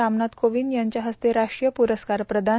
रामनाथ कोविंद यांच्या हस्ते राष्ट्रीय पुरस्कार प्रदान